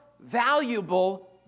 valuable